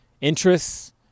Interests